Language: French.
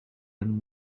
elle